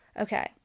Okay